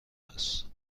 است